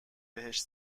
بهش